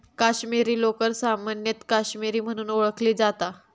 काश्मीरी लोकर सामान्यतः काश्मीरी म्हणून ओळखली जाता